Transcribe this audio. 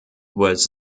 was